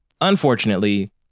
Unfortunately